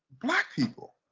black people,